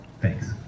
Thanks